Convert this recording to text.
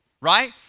right